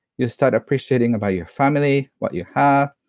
you start appreciating about your family, what you have,